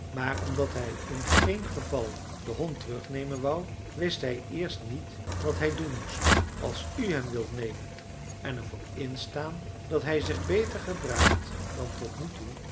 maar omdat hij in geen geval den hond terugnemen wou wist hij eerst niet wat hij doen moest als u hem wilt nemen en er voor instaan dat hij zich beter gedraagt dan tot nu toe